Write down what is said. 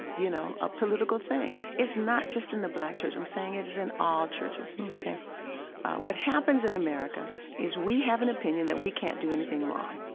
you know, a political thing. it's not just in the black church. i'm saying it is in all churches and ok what happens in america is we have an opinion that we can't do anything wrong,